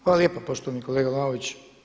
Hvala lijepa poštovani kolega Vlaović.